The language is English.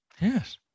Yes